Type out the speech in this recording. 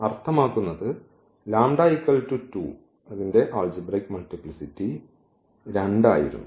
അർത്ഥമാക്കുന്നത് λ 2 യുടെ ആൾജിബ്രയ്ക് മൾട്ടിപ്ലിസിറ്റി 2 ആയിരുന്നു